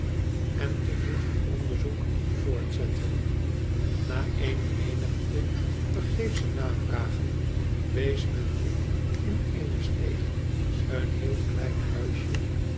en te voet hun onderzoek voortzetten na eene menigte vergeeche navragen wees men hun in eene steeg een heel klein huisje